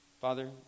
Father